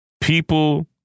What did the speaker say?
people